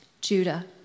Judah